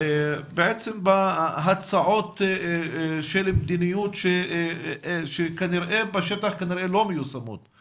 ובהצעות של מדיניות שכנראה לא מיושמות בשטח.